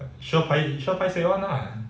sure pai~ sure paiseh [one] lah